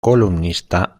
columnista